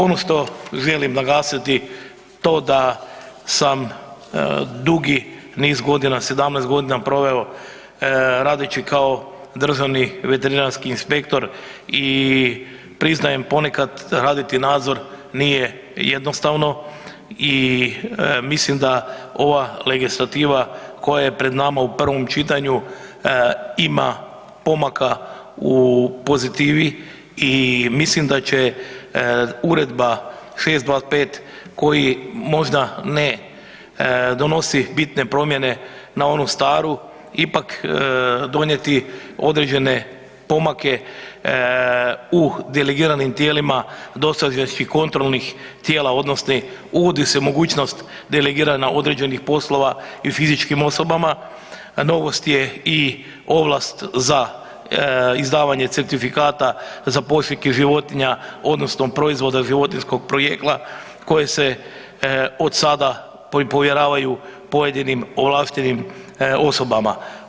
Ono što želim naglasiti, to da sam dugi niz godina, 17 g. proveo radeći kao državni veterinarski inspektor i priznajem ponekad raditi nadzor nije jednostavno i mislim da ova legislativa koja je pred nama u prvom čitanju ima pomaka u pozitivi i mislim da će uredba 625 koja možda ne donosi bitne promjene na onu staru, ipak donijeti određene pomake u delegiranim tijelima dosadašnjih kontrolnih tijela odnosno uvodi se mogućnost delegirana određenih poslova i fizičkim osobama a novost je i ovlast za izdavanje certifikata ... životinja odnosno proizvoda životinjskog porijekla koje se od sada ovim povjeravaju pojedinim ovlaštenim osobama.